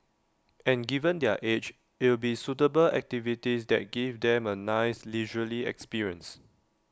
and given their age it'll be suitable activities that give them A nice leisurely experience